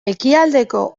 ekialdeko